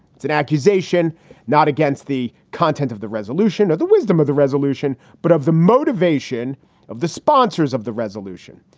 it's an accusation not against the content of the resolution or the wisdom of the resolution, but of the motivation of the sponsors of the resolution.